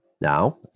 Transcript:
now